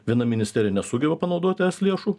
viena ministerija nesugeba panaudot es lėšų